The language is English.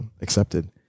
accepted